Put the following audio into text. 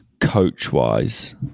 coach-wise